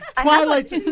Twilight